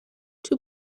two